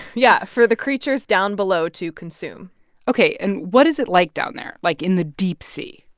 yeah, for the creatures down below to consume ok. and what is it like down there, like, in the deep sea?